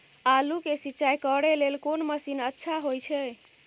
आलू के सिंचाई करे लेल कोन मसीन अच्छा होय छै?